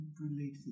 related